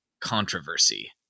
controversy